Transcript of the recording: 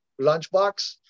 lunchbox